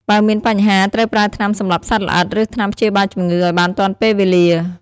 បើមានបញ្ហា ត្រូវប្រើថ្នាំសម្លាប់សត្វល្អិត ឬថ្នាំព្យាបាលជំងឺឲ្យបានទាន់ពេលវេលា។